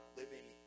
living